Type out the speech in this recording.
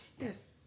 Yes